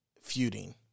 feuding